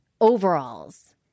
overalls